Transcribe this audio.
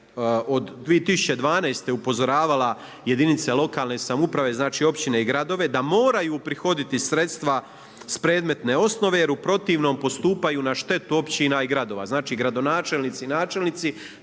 od 2012. upozoravala jedinice lokalne samouprave, znači općine i gradove da moraju uprihoditi sredstva s predmetne osnove jer u protivnom postupaju na štetu općina i gradova. Znači gradonačelnici i načelnici